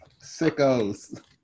Sickos